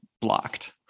blocked